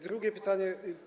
Drugie pytanie.